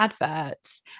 adverts